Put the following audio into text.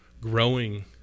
growing